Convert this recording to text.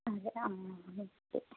അതെ ആ ശരി